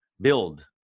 build